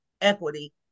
equity